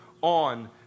on